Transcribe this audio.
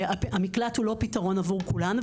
המקלט הוא לא פתרון עבור כולן.